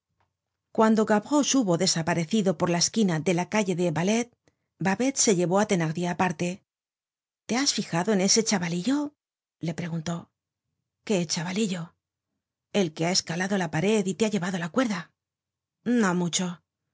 cuando gavroche hubo desaparecido por la esquina de la calle de ballets babet se llevó á thenardier aparte te has fijado en ese chavalillo le preguntó qué chavalillo el que ha escalado la pared y te ha llevado la cuerda no mucho